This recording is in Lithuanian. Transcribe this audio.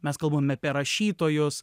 mes kalbame apie rašytojos